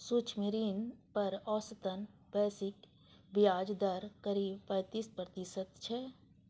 सूक्ष्म ऋण पर औसतन वैश्विक ब्याज दर करीब पैंतीस प्रतिशत छै